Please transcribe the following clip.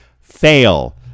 Fail